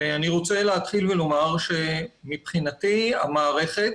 אני רוצה להתחיל ולומר שמבחינתי המערכת